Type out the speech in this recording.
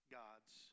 god's